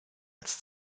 als